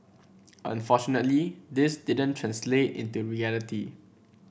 unfortunately this didn't translate into reality